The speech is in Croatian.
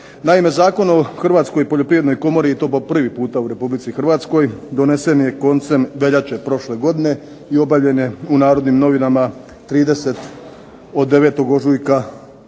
Naime, Zakon o Hrvatskoj poljoprivrednoj komori i to po prvi puta u Republici Hrvatskoj donesen je koncem veljače prošle godine i objavljen je u Narodnim novinama 9. ožujka